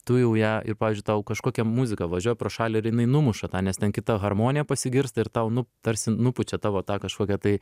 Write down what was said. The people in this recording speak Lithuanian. tu jau ją ir pavyzdžiui tau kažkokia muzika važiuoja pro šalį ir jinai numuša tą nes ten kita harmonija pasigirsta ir tau nu tarsi nupučia tavo tą kažkokią tai